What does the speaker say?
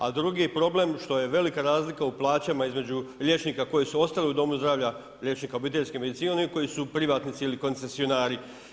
A drugi je problem što je velika razlika u plaćama između liječnika koji su ostali u domu zdravlja, liječnika obiteljske medicine i onih koji su privatnici ili koncesionari.